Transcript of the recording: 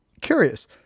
curious